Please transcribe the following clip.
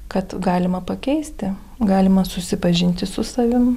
kad galima pakeisti galima susipažinti su savim